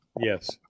Yes